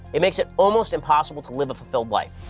it makes it almost impossible to live a fulfilled life.